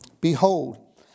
Behold